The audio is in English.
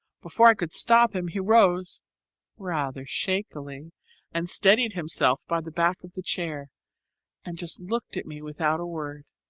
before i could stop him he rose rather shakily and steadied himself by the back of the chair and just looked at me without a word.